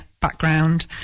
background